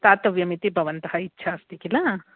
स्थातव्यम् इति भवतः इच्छा अस्ति किल